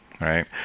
right